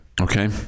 Okay